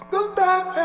Goodbye